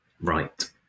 right